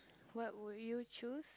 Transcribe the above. what would you choose